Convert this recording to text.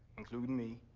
including me,